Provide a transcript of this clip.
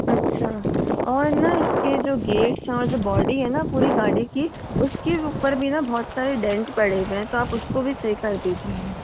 अच्छा और न इसके जो गेट्स हैं और जो बॉडी है न पूरी गाड़ी की उसकी ऊपर भी न बहुत सारे डेंट पड़े हुये हैं न तो आप उसको भी सही कर दीजिएगा